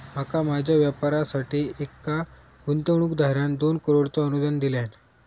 माका माझ्या व्यापारासाठी एका गुंतवणूकदारान दोन करोडचा अनुदान दिल्यान